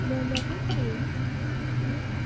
महा महा फानसोयो हो